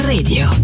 Radio